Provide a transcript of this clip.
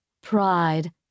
Pride